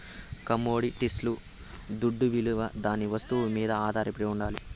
కమొడిటీస్ల దుడ్డవిలువ దాని వస్తువు మీద ఆధారపడి ఉండాలి